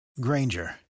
Granger